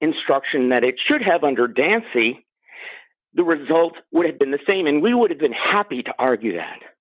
instruction that it should have under dancey the result would have been the same and we would have been happy to argue that